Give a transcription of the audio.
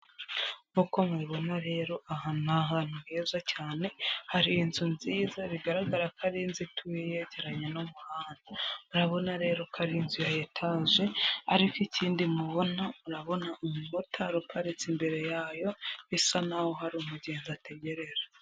Nk'uko mubibona rero, aha ni ahantu heza cyane hari inzu nziza bigaragara ko ari inzu ituye yegeranye n'umuhanda. Murabona rero ko ari inzu ya etaje ariko ikindi mubona, murabona umumota uparitse imbere yayo bisa n'aho hari umugenzi ategereje.